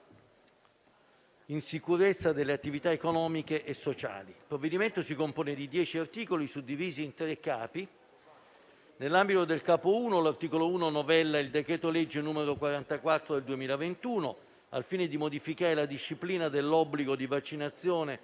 in sicurezza delle attività economiche e sociali. Il provvedimento si compone di 10 articoli, suddivisi in tre capi. Nell'ambito del capo I, l'articolo 1 novella il decreto-legge n. 44 del 2021, al fine di modificare la disciplina dell'obbligo di vaccinazione